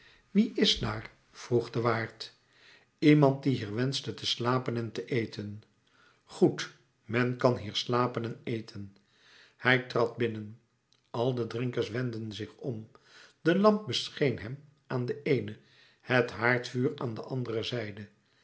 wie is dààr vroeg de waard iemand die hier wenschte te slapen en te eten goed men kan hier slapen en eten hij trad binnen al de drinkers wendden zich om de lamp bescheen hem aan de eene het haardvuur aan de andere zijde